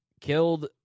killed